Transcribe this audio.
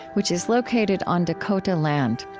which is located on dakota land.